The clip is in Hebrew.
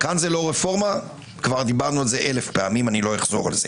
זה לא לאחר פסק דין אלא גם לפני.